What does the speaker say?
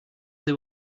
they